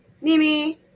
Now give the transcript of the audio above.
Mimi